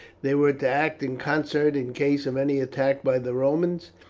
they were to act in concert in case of any attack by the romans,